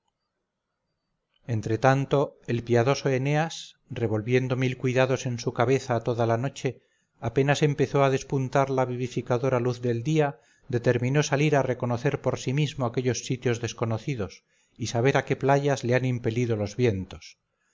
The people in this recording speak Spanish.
entre tanto el piadoso eneas revolviendo mil cuidados en su cabeza toda la noche apenas empezó a despuntar la vivificadora luz del día determinó salir a reconocer por sí mismo aquellos sitios desconocidos y saber a qué playas le han impelido los vientos